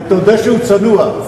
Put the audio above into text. תודה שהוא צנוע.